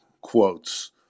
quotes